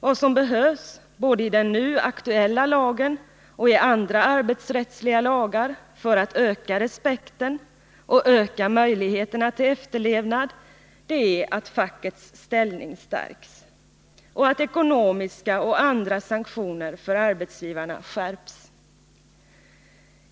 Vad som behövs, både i den nu aktuella lagen och i andra arbetsrättsliga lagar, för att öka respekten och öka möjligheterna till efterlevnad är att fackets ställning stärks och att ekonomiska och andra sanktioner mot arbetsgivarna skärps.